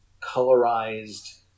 colorized